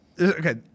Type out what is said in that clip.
Okay